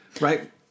right